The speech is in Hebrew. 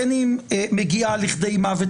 בין שמגיעה לכדי מוות,